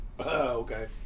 okay